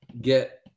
get